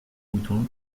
moutons